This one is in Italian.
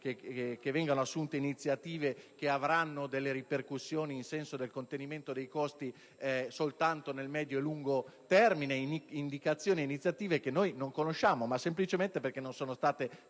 che vengano assunte iniziative che avranno ripercussioni sul contenimento dei costi soltanto nel medio e lungo termine; indicazioni e iniziative che non conosciamo semplicemente perché ancora non sono state